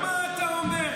מה אתה אומר?